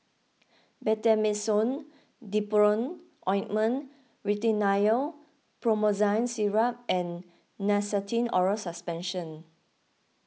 Betamethasone Dipropionate Ointment Rhinathiol Promethazine Syrup and Nystatin Oral Suspension